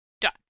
done